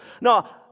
No